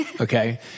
okay